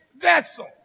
vessel